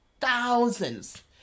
thousands